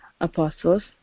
apostles